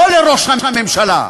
לא לראש הממשלה.